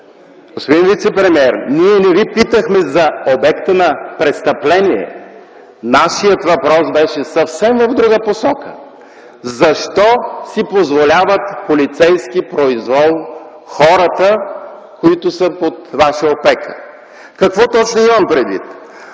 Господин вицепремиер, ние не Ви питахме за обекта на престъпление. Нашият въпрос беше съвсем в друга посока: защо си позволяват полицейски произвол хората, които са под Ваша опека? Какво точно имам предвид?